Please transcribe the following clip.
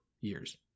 years